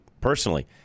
personally